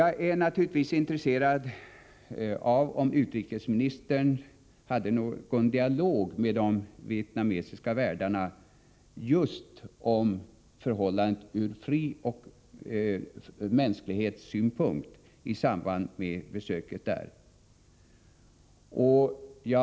Jag är naturligtvis intresserad av om utrikesministern i samband med sitt besök i Hanoi hade någon dialog med de vietnamesiska värdarna om dessa förhållanden just ur den synpunkten att det gäller de mänskliga frioch rättigheterna.